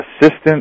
Assistant